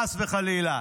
חס וחלילה,